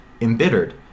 embittered